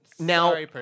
Now